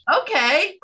okay